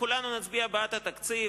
כולנו נצביע בעד התקציב,